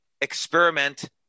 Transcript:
experiment